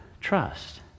trust